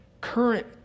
current